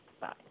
Bye